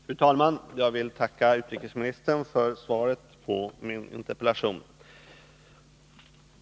Fru talman! Jag vill tacka utrikesministern för svaret på min interpellation.